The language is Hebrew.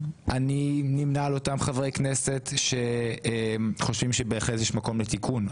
אני נמנה על אותם חברי כנסת שחושבים שבהחלט יש מקום לתיקון.